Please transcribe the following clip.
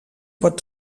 pot